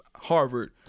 Harvard